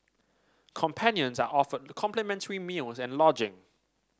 companions are offered complimentary meals and lodging